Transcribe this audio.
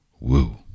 Woo